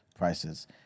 prices